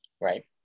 right